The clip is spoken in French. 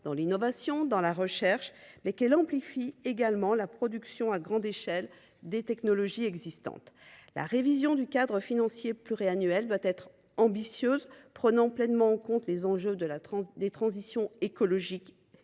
dans l’innovation et la recherche, mais également qu’elle amplifie la production à grande échelle des technologies existantes. La révision du cadre financier pluriannuel doit donc être plus ambitieuse, prenant pleinement en compte les enjeux de la transition écologique et de